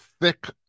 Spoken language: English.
thick